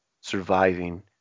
surviving